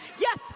Yes